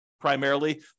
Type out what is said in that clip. primarily